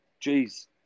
Jeez